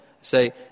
Say